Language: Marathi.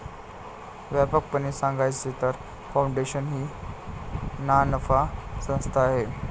व्यापकपणे सांगायचे तर, फाउंडेशन ही नानफा संस्था आहे